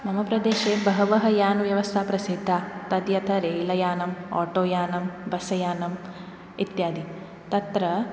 मम प्रदेशे बहवः यानव्यवस्था प्रसिद्धा तद्यथा रैल् यानम् आटो यानं बस् यानम् इत्यादि तत्र